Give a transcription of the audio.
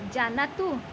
जानातु